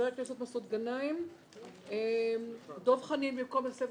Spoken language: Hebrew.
אין ההסתייגות (3)